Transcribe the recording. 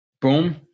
boom